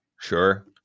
Sure